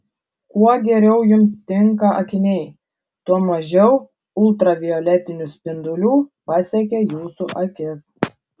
kuo geriau jums tinka akiniai tuo mažiau ultravioletinių spindulių pasiekia jūsų akis